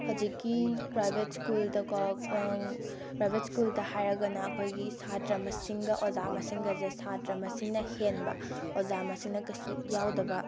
ꯍꯧꯖꯤꯛꯀꯤ ꯄ꯭ꯔꯥꯏꯕꯦꯠ ꯁ꯭ꯀꯨꯜꯗꯀꯣ ꯄ꯭ꯔꯥꯏꯕꯦꯠ ꯁ꯭ꯀꯨꯜꯗ ꯍꯥꯏꯔꯒꯅ ꯑꯩꯈꯣꯏꯒꯤ ꯁꯥꯇ꯭ꯔ ꯃꯁꯤꯡꯒ ꯑꯣꯖꯥ ꯃꯁꯤꯡꯒꯁꯦ ꯁꯥꯇ꯭ꯔ ꯃꯁꯤꯡꯅ ꯍꯦꯟꯕ ꯑꯣꯖꯥ ꯃꯁꯤꯡꯅ ꯀꯩꯁꯨ ꯌꯥꯎꯗꯕ